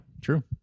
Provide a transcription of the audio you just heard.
true